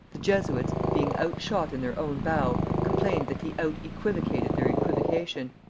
the jesuits, being outshot in their own bow, complained that he out equivocated their equivocation,